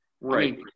Right